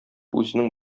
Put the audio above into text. үзенең